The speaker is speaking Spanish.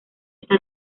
está